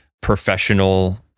professional